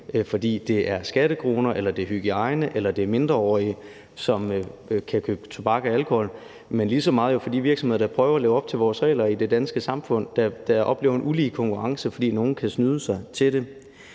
om det er skattekroner eller hygiejne eller mindreårige, som kan købe tobak og alkohol; men det er jo lige så meget på grund af de virksomheder, der prøver at leve op til vores regler i det danske samfund, og som oplever en ulige konkurrence, fordi nogle kan snyde sig til det.